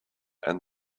and